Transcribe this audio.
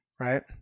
right